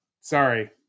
sorry